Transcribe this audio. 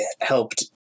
helped